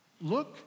Look